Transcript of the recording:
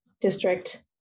district